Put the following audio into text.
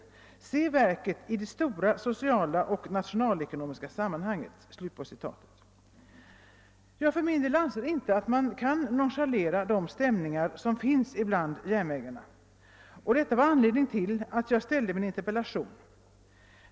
Se verket i det stora sociala och nationalekonomiska sammanhanget.» Jag för min del anser inte att man kan nonchalera de stämningar som finns bland «järnvägarna». Detta var anledningen till att jag ställde min in terpellation.